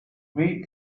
hui